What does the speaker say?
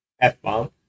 F-bomb